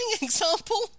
example